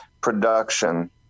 production